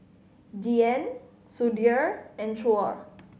Dhyan Sudhir and Choor